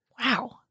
Wow